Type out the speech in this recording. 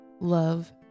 Love